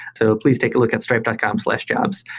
so please take a look at stripe dot com slash jobs,